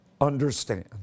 understand